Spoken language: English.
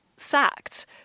sacked